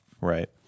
right